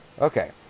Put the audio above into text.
Okay